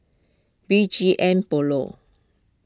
B G M Polo